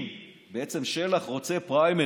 אם בעצם שלח רוצה פריימריז,